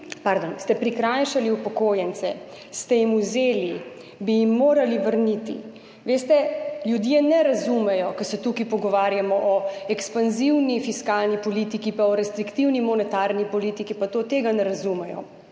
ste prikrajšali upokojence, ste jim vzeli, bi jim morali vrniti. Veste, ljudje ne razumejo, ko se tukaj pogovarjamo o ekspanzivni fiskalni politiki pa o restriktivni monetarni politiki pa tem, tega ne razumejo.